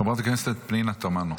חברת הכנסת פנינה תמנו.